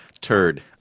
turd